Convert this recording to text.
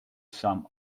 some